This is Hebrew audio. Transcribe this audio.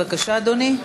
בבקשה, אדוני.